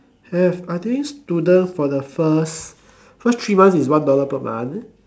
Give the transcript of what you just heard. have I think students for the first first three months is one dollar per month